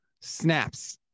snaps